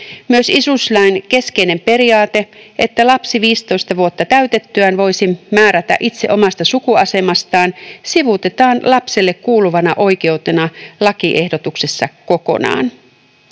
Myös isyyslain keskeinen periaate, että lapsi 15 vuotta täytettyään voisi määrätä itse omasta sukuasemastaan, sivuutetaan lapselle kuuluvana oikeutena lakiehdotuksessa kokonaan.”